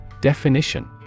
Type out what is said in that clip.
Definition